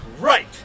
Right